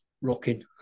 rocking